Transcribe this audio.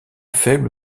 faible